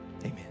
Amen